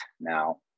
now